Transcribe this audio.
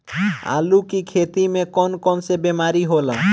आलू की खेती में कौन कौन सी बीमारी होला?